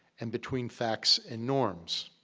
and between facts and norms.